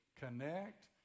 connect